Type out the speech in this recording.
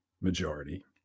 majority